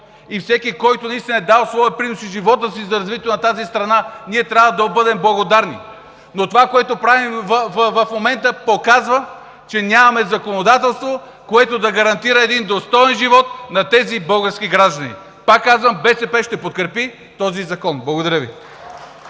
и всеки, който наистина е дал своя принос и живота си за развитието на тази страна, ние трябва да му бъдем благодарни. Това обаче, което правим в момента, показва, че нямаме законодателство, което да гарантира един достоен живот на тези български граждани! Пак казвам, БСП ще подкрепи този закон. Благодаря Ви.